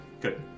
good